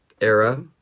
era